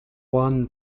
won